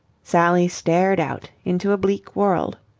sally stared out into a bleak world.